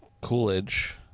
coolidge